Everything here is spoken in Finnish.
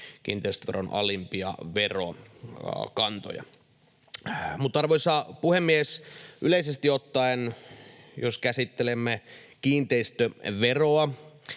kiinteistöveron alimpia verokantoja. Mutta, arvoisa puhemies, yleisesti ottaen, jos käsittelemme kiinteistöveroa,